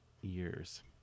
years